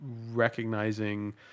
recognizing